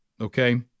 Okay